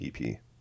EP